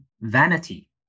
vanity